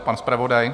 Pan zpravodaj?